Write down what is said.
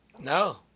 No